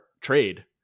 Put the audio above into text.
trade